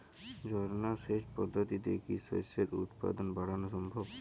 ঝর্না সেচ পদ্ধতিতে কি শস্যের উৎপাদন বাড়ানো সম্ভব?